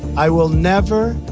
i will never,